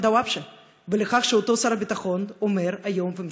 דוואבשה ולכך שאותו שר הביטחון אומר היום,